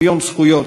עכורה,